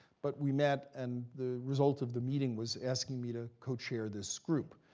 but we met, and the result of the meeting was asking me to co-chair this group.